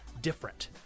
different